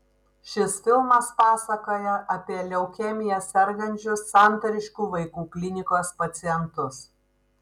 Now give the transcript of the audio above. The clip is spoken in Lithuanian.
šis filmas pasakoja apie leukemija sergančius santariškių vaikų klinikos pacientus